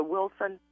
Wilson